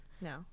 no